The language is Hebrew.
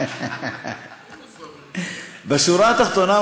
בשורה התחתונה,